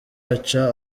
aca